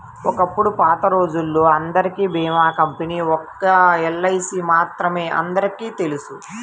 ఒకప్పుడు పాతరోజుల్లో అందరికీ భీమా కంపెనీ ఒక్క ఎల్ఐసీ మాత్రమే అందరికీ తెలుసు